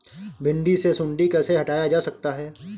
भिंडी से सुंडी कैसे हटाया जा सकता है?